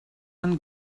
and